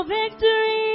victory